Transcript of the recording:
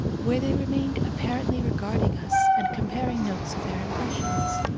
where they remained apparently regarding us and comparing notes of their impressions.